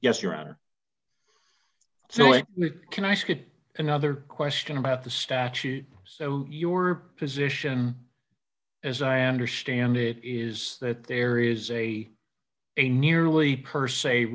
yes your honor so it can i get another question about the statute so your position as i understand it is that there is a a nearly per se